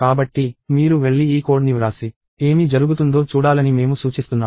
కాబట్టి మీరు వెళ్లి ఈ కోడ్ని వ్రాసి ఏమి జరుగుతుందో చూడాలని మేము సూచిస్తున్నాము